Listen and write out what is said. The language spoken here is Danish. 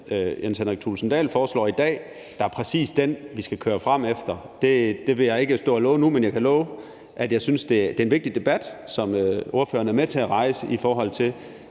Jens Henrik Thulesen Dahl foreslår i dag, der er den, vi skal køre frem efter, vil jeg ikke stå og love nu, men jeg kan sige, at jeg synes, det er en vigtig debat, som ordføreren er med til at rejse, i forhold til